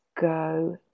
go